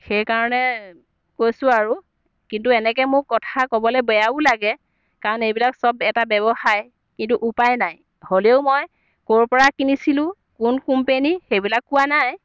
সেইকাৰণে কৈছোঁ আৰু কিন্তু এনেকৈ মোক কথা ক'বলৈ বেয়াও লাগে কাৰণ এইবিলাক চব এটা ব্যৱসায় কিন্তু উপায় নাই হ'লেও মই ক'ৰ পৰা কিনিছিলোঁ কোন কোম্পেনী সেইবিলাক কোৱা নাই